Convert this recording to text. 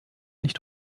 nicht